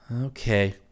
Okay